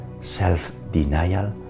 self-denial